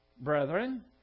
brethren